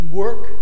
work